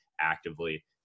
actively